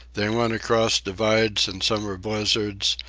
they went across divides in summer blizzards,